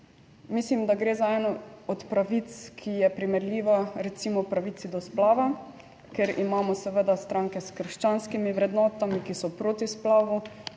Mislim, da gre za eno od pravic, ki je primerljiva recimo pravici do splava. Ker imamo seveda stranke s krščanskimi vrednotami, ki so proti splavu